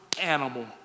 animal